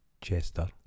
Chester